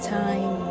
time